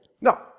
No